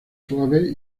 suave